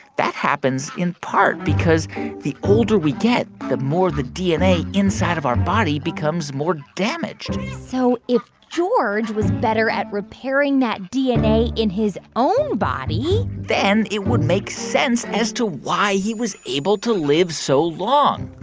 that happens in part because the older we get, the more the dna inside of our body becomes more damaged so if george was better at repairing that dna in his own body. then it would make sense as to why he was able to live so long